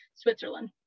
Switzerland